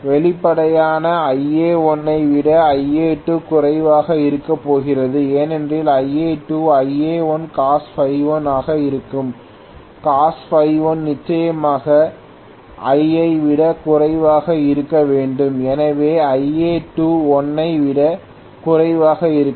வெளிப்படையாக Ia1 ஐ விட Ia2 குறைவாக இருக்கப் போகிறது ஏனெனில் Ia2 Ia1cosΦ1 ஆக இருக்கும் cosΦ1 நிச்சயமாக 1 ஐ விட குறைவாக இருக்க வேண்டும் எனவே Ia2 1 ஐ விட குறைவாக இருக்கும்